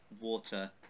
water